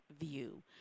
view